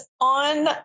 on